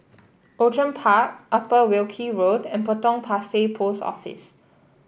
Outram Park Upper Wilkie Road and Potong Pasir Post Office